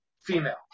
female